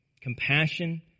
Compassion